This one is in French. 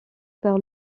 par